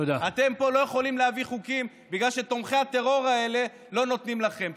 אתם לא יכולים להעביר פה חוקים בגלל שתומכי הטרור האלה לא נותנים לכם.